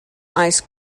ice